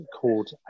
called